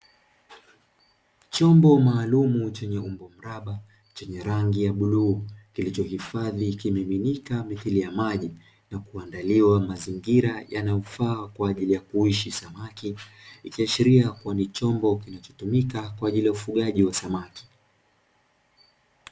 Chombo maalumu chenye umbo mraba chenye rangi ya buluu kilichohifadhi kimiminika mithili ya maji na kuandaliwa mazingira yanayofaa kwa ajili ya kuishi samaki. Ikiashiria kuwa ni chombo kinachotumika kwa ajili ya ufugaji wa samaki.